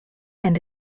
and